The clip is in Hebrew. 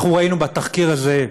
אנחנו ראינו בתחקיר הזה,